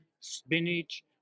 spinach